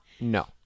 no